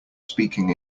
speaking